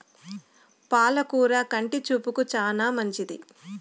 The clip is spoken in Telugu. పాల కూర కంటి చూపుకు చానా మంచిది